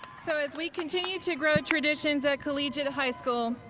so, as we continue to grow traditions at collegiate high school,